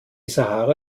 sahara